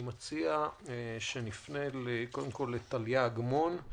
אני מציע שנפנה קודם כול לטליה אגמון,